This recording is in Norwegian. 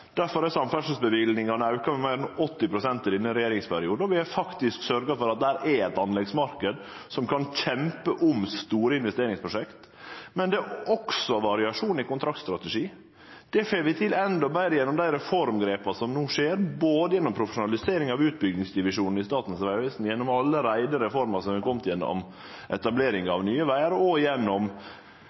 auka med meir enn 80 pst. i denne regjeringsperioden, og vi har faktisk sørgt for at det er ein anleggsmarknad som kan kjempe om store investeringsprosjekt. Det er også variasjon i kontraktstrategien. Det får vi til endå betre gjennom dei reformgrepa som no er tekne, både gjennom profesjonalisering av utbyggingsdivisjonen i Statens vegvesen, gjennom alle reformer som allereie har kome ved etablering av Nye Vegar, og gjennom